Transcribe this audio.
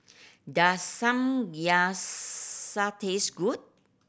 does Samgyeopsal taste good